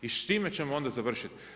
I s čime ćemo onda završiti?